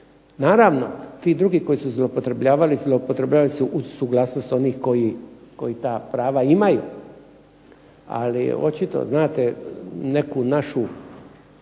Naravno, ti drugi koji su zloupotrebljavali, zloupotrebljavali su uz suglasnost onih koji ta prava imaju. Ali očito znate neku našu